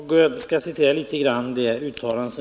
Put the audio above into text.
Herr talman!